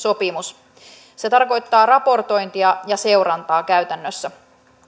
sopimus se tarkoittaa raportointia ja seurantaa käytännössä